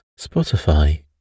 Spotify